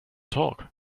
talk